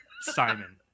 Simon